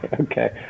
Okay